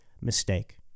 mistake